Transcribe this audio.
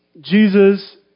Jesus